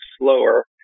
slower